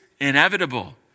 inevitable